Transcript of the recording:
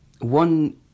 one